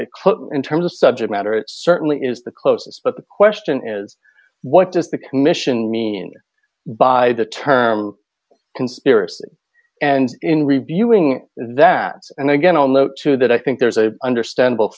matter in terms of subject matter it certainly is the closest but the question is what does the commission mean by the term conspiracy and in reviewing that and again allude to that i think there's a understandable